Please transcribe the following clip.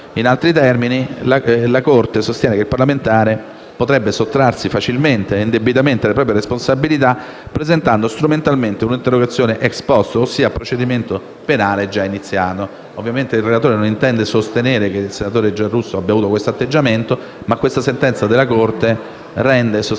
In altri termini, la Corte sostiene che il parlamentare potrebbe sottrarsi facilmente e indebitamente alle proprie responsabilità, presentando strumentalmente un'interrogazione *ex post*, ossia a procedimento penale iniziato. Ovviamente il relatore non intende sostenere che il senatore Giarrusso abbia avuto questo atteggiamento, ma la suddetta sentenza della Corte rende sostanzialmente